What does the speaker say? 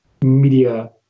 media